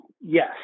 yes